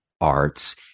arts